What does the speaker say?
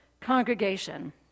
congregation